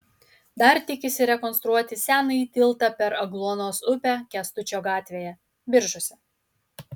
dar tikisi rekonstruoti senąjį tiltą per agluonos upę kęstučio gatvėje biržuose